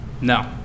No